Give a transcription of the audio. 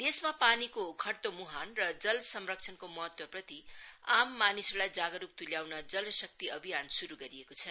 देशमा पानीको घट्दो मुहान र जल संरक्षणको महत्वप्रति आम मानिसहरूलाई जागरूक त्ल्याउन जल शक्ति अभियान श्रू गरिएको छ